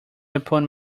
upon